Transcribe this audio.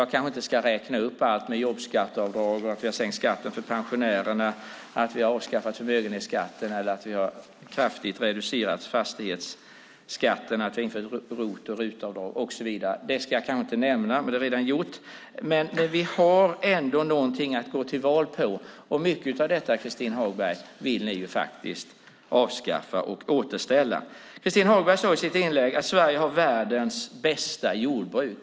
Jag kanske inte ska räkna upp allt med jobbskatteavdrag, att vi har sänkt skatten för pensionärerna, att vi har avskaffat förmögenhetsskatten, att vi har kraftigt reducerat fastighetsskatten och att vi har infört RUT och ROT-avdrag och så vidare. Det ska jag kanske inte nämna, men det är redan gjort. Vi har ändå någonting att gå till val på. Mycket av detta vill ni, Christin Hagberg, avskaffa och återställa. Christin Hagberg sade i sitt inlägg att Sverige har världens bästa jordbruk.